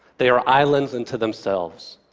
they are islands unto themselves.